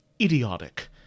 Idiotic